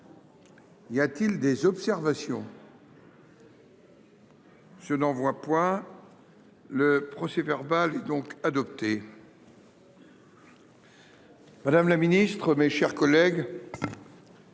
Y a-t-il des observations. Le procès verbal est donc adopté. Madame la Ministre, mes chers collègues.